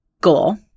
goal